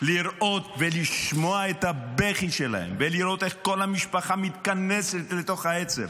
לראות ולשמוע את הבכי שלהם ולראות איך כל המשפחה מתכנסת לתוך העצב.